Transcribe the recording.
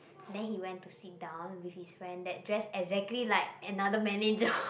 then he went to sit down with his friend that dress exactly like another manager